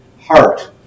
heart